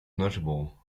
notable